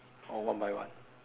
or one by one